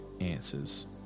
answers